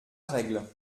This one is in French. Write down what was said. règle